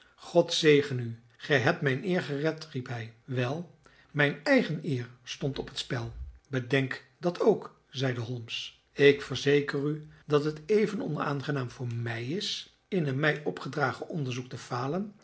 god zegene u gij hebt mijn eer gered riep hij wel mijn eigen eer stond op het spel bedenk dat ook zeide holmes ik verzeker u dat het even onaangenaam voor mij is in een mij opgedragen onderzoek te falen